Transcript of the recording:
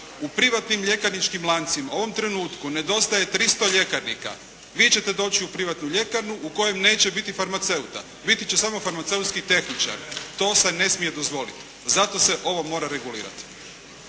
u privatnim ljekarničkim lancima u ovom trenutku nedostaje 300 ljekarnika. Vi ćete doći u privatnu ljekarnu u kojoj neće biti farmaceuta, biti će samo farmaceutski tehničar. To se ne smije dozvoliti. Zato se ovo mora regulirati.